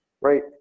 right